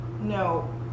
no